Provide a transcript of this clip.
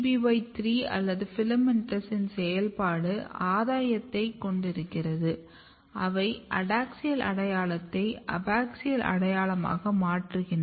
YABBY3 அல்லது FILAMENTOUS இன் செயல்பாட்டின் ஆதாயத்தை கொண்டிருக்கும்போது அவை அடாக்ஸியல் அடையாளத்தை அபாக்ஸியல் அடையாளமாக மாற்றுகின்றன